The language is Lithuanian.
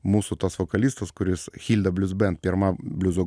mūsų tas vokalistas kuris hilda blues band pirmam bliuzo